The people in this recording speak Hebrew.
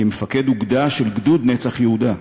כמפקד אוגדה של גדוד "נצח יהודה".